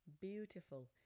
beautiful